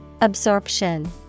Absorption